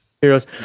heroes